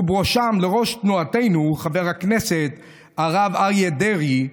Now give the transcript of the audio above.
ובראשם על ראש תנועתנו חבר הכנסת הרב אריה דרעי,